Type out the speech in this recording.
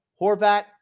Horvat